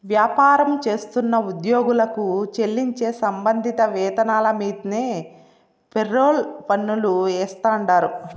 వ్యాపారం చేస్తున్న ఉద్యోగులకు చెల్లించే సంబంధిత వేతనాల మీన్దే ఫెర్రోల్ పన్నులు ఏస్తాండారు